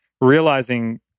realizing